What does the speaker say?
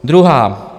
Druhá.